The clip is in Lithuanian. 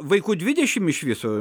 vaikų dvidešimt iš viso